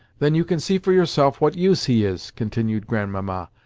then you can see for yourself what use he is, continued grandmamma.